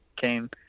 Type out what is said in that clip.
came